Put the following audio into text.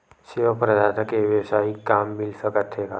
सेवा प्रदाता के वेवसायिक काम मिल सकत हे का?